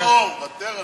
לא טוב, ותר על זה.